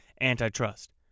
antitrust